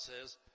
says